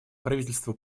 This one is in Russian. правительства